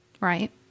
right